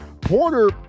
Porter